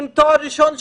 עם תואר ראשון,